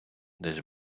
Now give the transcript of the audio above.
десь